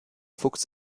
fuchs